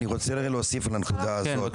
אני רוצה להוסיף על הנקודה הזאת.